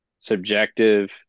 subjective